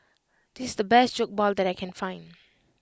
this is the best Jokbal that I can find